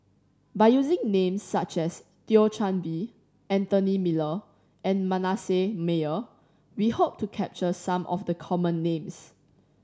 by using names such as Thio Chan Bee Anthony Miller and Manasseh Meyer we hope to capture some of the common names